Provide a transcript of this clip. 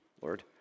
Lord